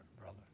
brother